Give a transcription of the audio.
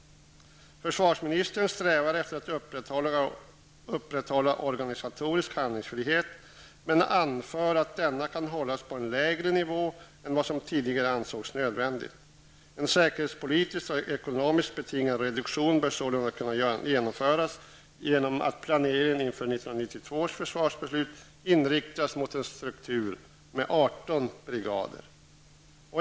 Försvarsministern strävar efter att upprätthålla organisatorisk handlingsfrihet men anför att denna kan hållas på en lägre nivå än vad som tidigare ansågs nödvändigt. En säkerhetspolitiskt och ekonomiskt betingad reduktion bör sålunda kunna genomföras genom att planeringen inför 1992 års försvarsbeslut inriktas mot en struktur med 18 brigader.